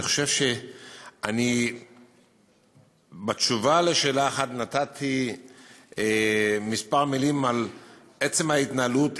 אני חושב שאני בתשובה על שאלה 1 נתתי כמה מילים על עצם ההתנהלות,